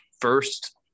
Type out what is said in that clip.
first